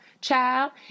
child